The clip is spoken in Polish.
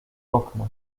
okna